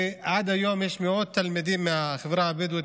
ועד היום יש מאות תלמידים בחברה הבדואית